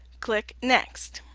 click next.